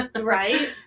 right